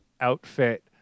outfit